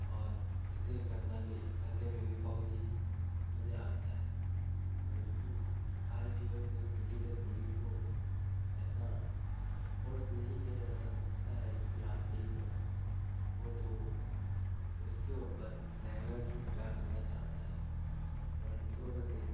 और इसे करना भी करने में भी बहुत ही मजा आता है परंतु आई जीवन में पीढ़ी दर पीढ़ी को ऐसा फोर्स नहीं किया जा सकता है कि आप यही करो वो तो उसके ऊपर रहेगा कि वो क्या करना चाहता है परंतु अगर देख